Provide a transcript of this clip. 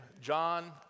John